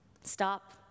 Stop